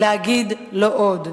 להגיד "לא עוד".